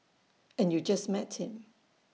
and you just met him